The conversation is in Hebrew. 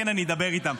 כן אני אדבר איתם.